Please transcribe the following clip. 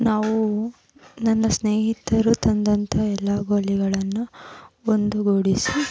ನಾವು ನನ್ನ ಸ್ನೇಹಿತರು ತಂದಂಥ ಎಲ್ಲ ಗೋಲಿಗಳನ್ನು ಒಂದುಗೂಡಿಸಿ